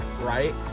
right